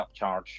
upcharge